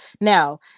now